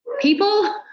People